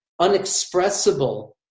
unexpressible